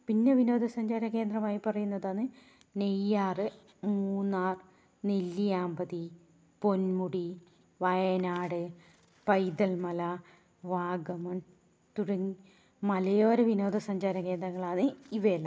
പിന്നെ വിനോദസഞ്ചാര കേന്ദ്രമായി പറയുന്നതാണ് നെയ്യാർ മൂന്നാർ നെല്ലിയാമ്പതി പൊന്മുടി വയനാട് പൈതൽമല വാഗമൺ തുടങ്ങിയ മലയോര വിനോദസഞ്ചാര കേന്ദ്രങ്ങളാണ് ഇവയെല്ലാം